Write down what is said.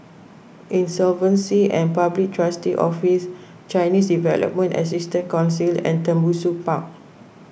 Insolvency and Public Trustee's Office Chinese Development Assistance Council and Tembusu Park